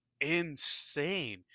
insane